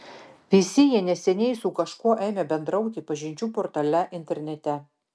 visi jie neseniai su kažkuo ėmė bendrauti pažinčių portale internete